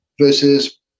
versus